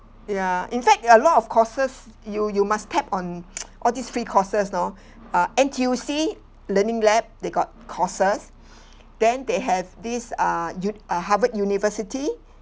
ya in fact there are a lot of courses you you must tap on all these free courses you know uh N_T_U_C learning lab they got courses then they have this uh uni~ uh harvard university